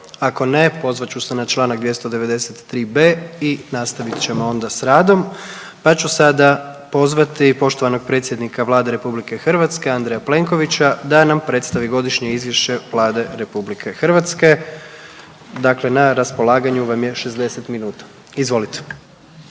Ako ne pozvat ću se na Članak 293b. i nastavit ćemo onda s radom. Pa ću sada pozvati poštovanog predsjednika Vlade RH Andreja Plenkovića da nam predstavi Godišnje izvješće Vlade RH. Dakle, na raspolaganju vam je 60 minuta. Izvolite.